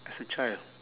as a child